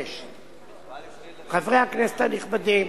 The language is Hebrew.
1995. חברי הכנסת הנכבדים,